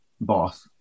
boss